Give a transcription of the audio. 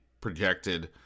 projected